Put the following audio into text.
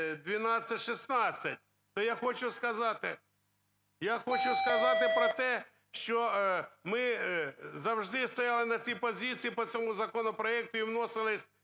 я хочу сказати про те, що ми завжди стояли на цій позиції по цьому законопроекту і вносились